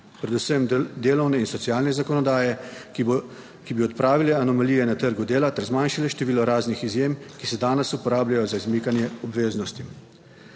predvsem delovne in socialne zakonodaje. Ki bi odpravili anomalije na trgu dela ter zmanjšale število raznih izjem, ki se danes uporabljajo za izmikanje obveznostim.